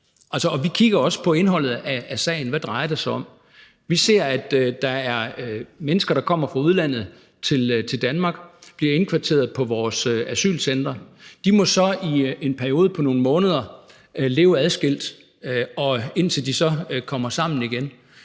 vi kigger også på indholdet af sagen, altså hvad det drejer sig om. Vi ser, at der er mennesker, der kommer fra udlandet til Danmark og bliver indkvarteret på vores asylcentre, og at de så i en periode på nogle måneder må leve adskilt, indtil de så kommer sammen igen.